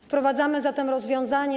Wprowadzamy zatem rozwiązanie.